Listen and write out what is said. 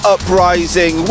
Uprising